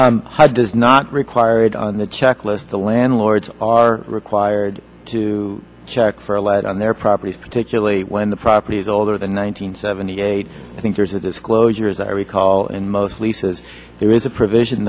high does not require it on the checklist the landlords are required to check for a lead on their property particularly when the property is older than one hundred seventy eight i think there's a disclosure as i recall in most leases there is a provision